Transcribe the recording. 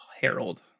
Harold